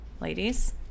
ladies